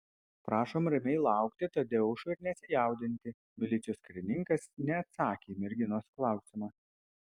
prašom ramiai laukti tadeušo ir nesijaudinti milicijos karininkas neatsakė į merginos klausimą